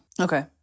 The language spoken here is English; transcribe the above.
Okay